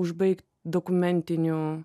užbaigt dokumentinių